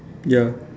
ya